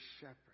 shepherd